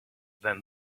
then